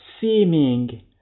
seeming